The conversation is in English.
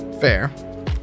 Fair